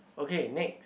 okay next